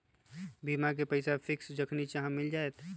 बीमा के पैसा फिक्स जखनि चाहम मिल जाएत?